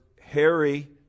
Harry